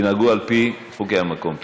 תנהגו על פי חוקי המקום.